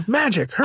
magic